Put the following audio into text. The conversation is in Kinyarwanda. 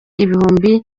ibihumbi